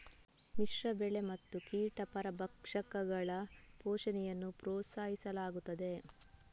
ಮಿಶ್ರ ಬೆಳೆ ಮತ್ತು ಕೀಟ ಪರಭಕ್ಷಕಗಳ ಪೋಷಣೆಯನ್ನು ಪ್ರೋತ್ಸಾಹಿಸಲಾಗುತ್ತದೆ